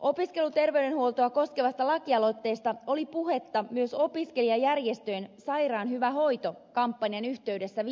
opiskeluterveydenhuoltoa koskevasta lakialoitteesta oli puhetta myös viime vuonna opiskelijajärjestöjen sairaan hyvä hoito kampanjan yhteydessä